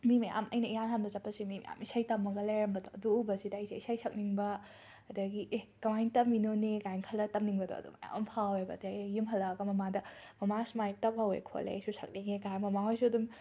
ꯃꯤ ꯃꯌꯥꯝ ꯑꯩꯅ ꯏꯍꯥꯟ ꯍꯥꯟꯅ ꯆꯠꯄꯁꯦ ꯃꯤ ꯃꯌꯥꯝ ꯏꯁꯩ ꯇꯝꯃꯒ ꯂꯩꯔꯝꯕꯗꯣ ꯑꯗꯨ ꯎꯕꯁꯤꯗ ꯑꯩꯁꯦ ꯏꯁꯩ ꯁꯛꯅꯤꯡꯕ ꯑꯗꯒꯤ ꯑꯦ ꯀꯃꯥꯏꯅ ꯇꯝꯃꯤꯅꯣꯅꯦ ꯀꯥꯏꯅ ꯈꯜꯂꯒ ꯇꯝꯅꯤꯡꯕꯗꯣ ꯑꯗꯣ ꯃꯌꯥꯝ ꯑꯃ ꯐꯥꯎꯋꯦꯕ ꯑꯗꯒꯤ ꯌꯨꯝ ꯍꯜꯂꯛꯑꯒ ꯃꯃꯥꯗ ꯃꯃꯥ ꯁꯨꯃꯥꯏ ꯇꯧꯍꯧꯋꯦ ꯈꯣꯠꯂꯦ ꯑꯩꯁꯨ ꯁꯛꯅꯤꯡꯉꯦ ꯀꯥꯏꯅ ꯃꯃꯥꯍꯣꯏꯁꯨ ꯑꯗꯨꯝ